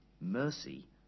Mercy